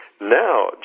Now